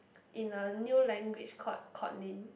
in a new language called Codlin